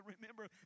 remember